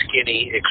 skinny